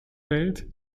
welt